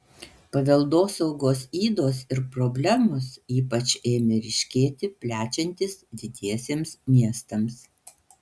paveldosaugos ydos ir problemos ypač ėmė ryškėti plečiantis didiesiems miestams